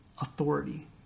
authority